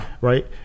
right